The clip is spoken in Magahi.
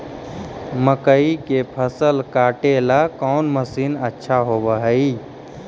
मकइया के फसल काटेला कौन मशीन अच्छा होव हई?